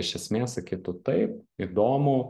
iš esmės sakytų taip įdomu